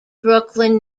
brooklyn